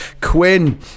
quinn